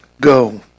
Go